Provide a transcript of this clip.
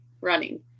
running